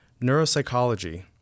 neuropsychology